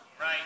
Right